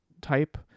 type